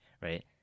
right